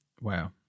Wow